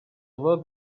work